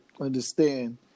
understand